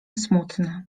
smutny